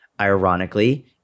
Ironically